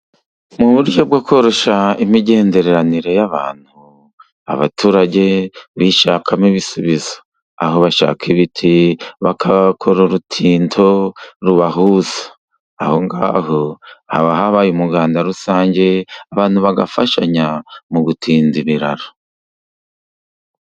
Mu buryo bwo koroshya imigenderanire y'abantu, abaturage bishakamo ibisubizo. Aho bashaka ibiti bagakora urutindo rubahuza. Aho ngaho haba habaye umuganda rusange, abantu bagafashanya mu gutinda ibiraro.